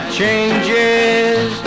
changes